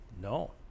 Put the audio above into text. no